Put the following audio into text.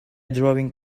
drawing